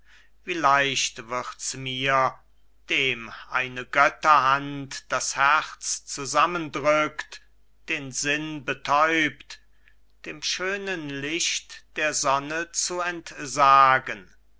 leicht wird's mir dem eine götterhand das herz zusammendrückt den sinn betäubt dem schönen licht der sonne zu entsagen